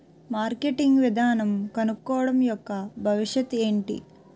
Marketing విధానం కనుక్కోవడం యెక్క భవిష్యత్ ఏంటి?